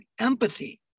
empathy